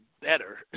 better